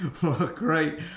Great